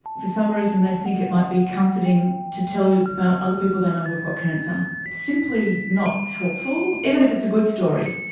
for some reason they think it might be comforting to tell you about other people they know who have got cancer. it's simply not helpful. even if it's a good story.